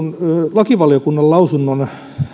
lakivaliokunnan lausunnon